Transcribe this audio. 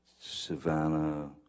Savannah